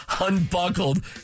unbuckled